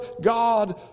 God